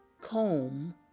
comb